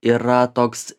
yra toks